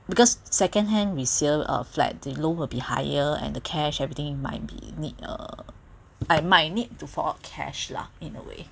because second hand resale uh flat the loan will be higher and the cash everything might be need uh I might need to fork out cash lah in a way